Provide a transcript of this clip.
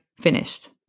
finished